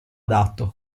adatto